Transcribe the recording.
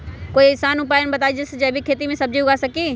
कोई आसान उपाय बताइ जे से जैविक खेती में सब्जी उगा सकीं?